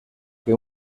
que